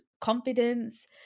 confidence